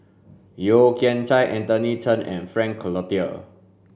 Yeo Kian Chai Anthony Chen and Frank Cloutier